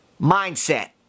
Mindset